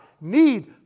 need